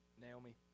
Naomi